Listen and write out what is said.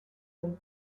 comme